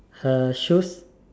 her shoes